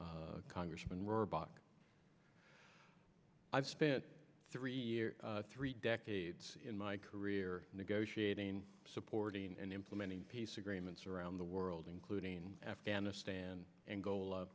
congressman rohrabacher i've spent three years three decades in my career negotiating supporting and implementing peace agreements around the world including afghanistan and goal